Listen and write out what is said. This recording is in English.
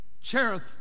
Cherith